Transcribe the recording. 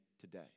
today